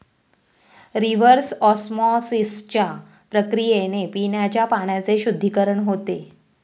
reverse ऑस्मॉसिसच्या प्रक्रियेने पिण्याच्या पाण्याचे शुद्धीकरण होते